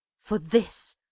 for this,